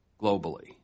globally